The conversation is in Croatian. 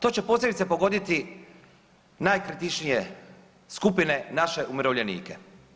To će posebice pogoditi najkritičnije skupine, naše umirovljenike.